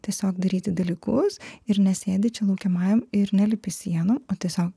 tiesiog daryti dalykus ir nesėdi čia laukiamajam ir nelipi sienom o tiesiog